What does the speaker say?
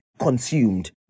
consumed